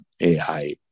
ai